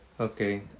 Okay